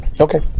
Okay